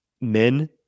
men